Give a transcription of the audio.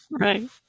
Right